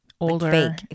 Older